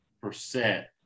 percent